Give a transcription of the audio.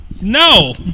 no